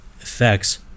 effects